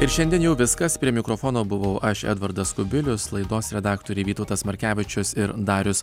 ir šiandien jau viskas prie mikrofono buvau aš edvardas kubilius laidos redaktoriai vytautas markevičius ir darius